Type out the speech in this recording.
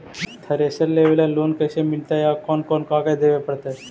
Thresher लेबे ल loan कैसे मिलतइ और कोन कोन कागज देबे पड़तै?